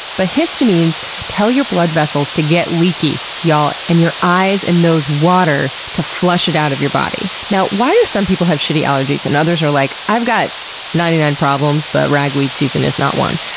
but histamines tell your blood vessels to get leaky, y'all. and your eyes and nose water to flush it out of your body. now, why do some people have shitty allergies and others are like i've got ninety nine problems, but ragweed season is not one.